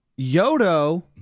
Yodo